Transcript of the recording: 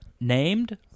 named